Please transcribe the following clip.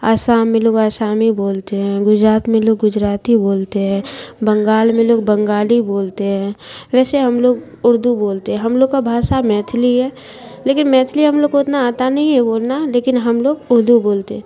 آسام میں لوگ آسامی بولتے ہیں گجرات میں لوگ گجراتی بولتے ہیں بنگال میں لوگ بنگالی بولتے ہیں ویسے ہم لوگ اردو بولتے ہیں ہم لوگ کا بھاشا میتھلی ہے لیکن میتھلی ہم لوگ کو اتنا آتا نہیں ہے بولنا لیکن ہم لوگ اردو بولتے